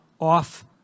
off